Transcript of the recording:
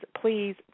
please